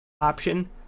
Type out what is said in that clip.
option